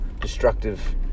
destructive